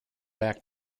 back